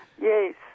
Yes